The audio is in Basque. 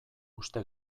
uste